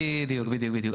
בדיוק, בדיוק.